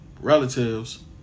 relatives